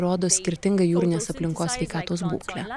rodo skirtingą jūrinės aplinkos sveikatos būklę